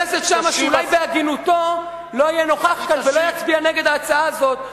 שאולי בהגינותו לא יהיה נוכח כאן ולא יצביע נגד ההצעה הזאת,